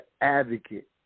advocate